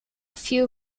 few